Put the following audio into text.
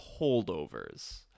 holdovers